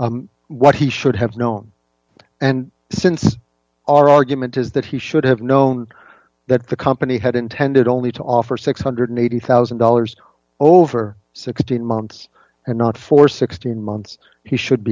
not what he should have known and since our argument is that he should have known that the company had intended only to offer six hundred and eighty thousand dollars over sixteen months and not for sixteen months he should